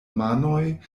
manoj